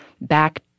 back